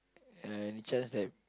uh any chance that